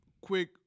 quick